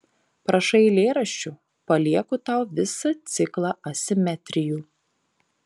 prašai eilėraščių palieku tau visą ciklą asimetrijų